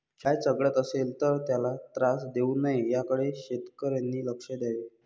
गाय चघळत असेल तर त्याला त्रास देऊ नये याकडे शेतकऱ्यांनी लक्ष द्यावे